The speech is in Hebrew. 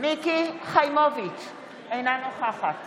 אינה נוכחת